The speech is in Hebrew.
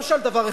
למשל דבר אחד.